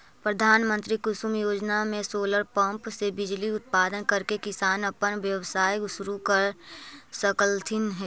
प्रधानमंत्री कुसुम योजना में सोलर पंप से बिजली उत्पादन करके किसान अपन व्यवसाय शुरू कर सकलथीन हे